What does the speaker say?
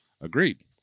Agreed